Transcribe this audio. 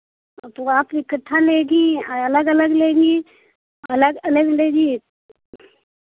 तो आप इकट्ठा लेंगी अलग अलग लेंगी अलग अलग लेंगी